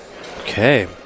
Okay